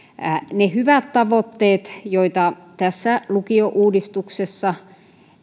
ne hyvät tavoitteet joita tässä lukiouudistuksessa